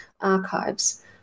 archives